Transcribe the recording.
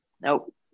Nope